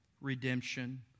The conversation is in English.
redemption